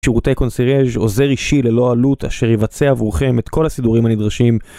שירותי קונסירג' עוזר אישי ללא עלות אשר יבצע עבורכם את כל הסידורים הנדרשים.